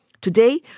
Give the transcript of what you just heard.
Today